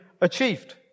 achieved